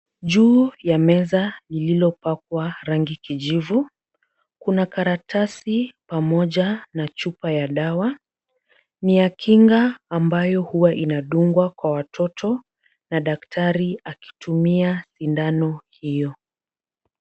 Juu ya meza lililopakwa rangi kijivu kuna karatasi pamoja na chupa ya dawa. Ni ya kinga ambayo huwa inadungwa kwa watoto na daktari akitumia sindano hiyo.